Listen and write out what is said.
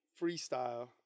freestyle